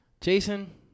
Jason